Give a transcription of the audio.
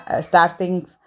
starting